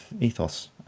ethos